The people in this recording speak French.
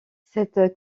cette